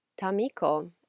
tamiko